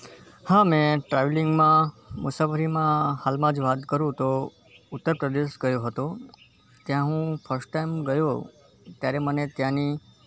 હા મેં ટ્રાવેલિંગમાં મુસાફરીમાં હાલમાં જ વાત કરું તો ઉત્તર પ્રદેશ ગયો હતો ત્યાં હું ફર્સ્ટ ટાઇમ ગયો ત્યારે મને ત્યાંની